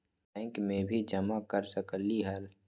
Bank में भी जमा कर सकलीहल?